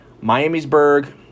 Miamisburg